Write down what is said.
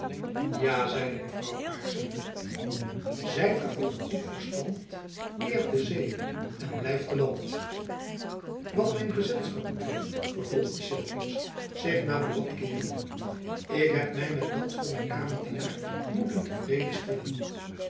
ja zeide mevrouw aarssen zijtge van een goet verstand eert de zee en blijft te lant wat mijn gezelschap betreft vervolgde sylvius zich naar buat keerende ik heb my met dat van mijn kamerdienaar moeten te vrede stellen